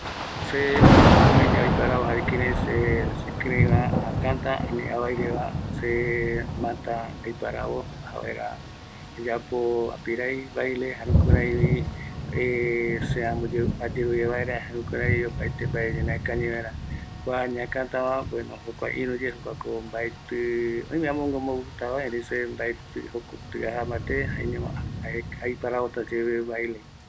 se omee yave aiparavo jare kïrai se sekïreïva äkätä ani avaireva, se masta aiparavo aja vaera ayapo apirai baile, jare jukuraivi, se ayerovia vaera, jare jukurai opaete mbaegui ñaneakañi vaera, kua ñakätava jokua ïrüye, jokuako mbaetï, oime amogue ombo gustava erei se mbaetï, jokotï aja mbate, jaeñoma aiparavota seyeïpe baile.